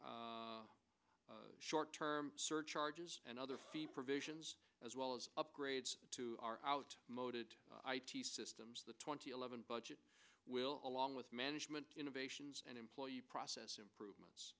short term surcharges and other fee provisions as well as upgrades to our out moated systems the twenty eleven budget will along with management innovations and employee process improvements